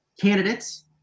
candidates